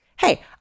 hey